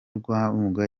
rwabukumba